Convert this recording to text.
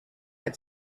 had